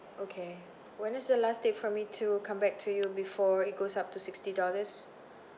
okay when is the last date for me to come back to you before it goes up to sixty dollars